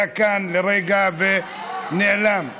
היה כאן לרגע ונעלם.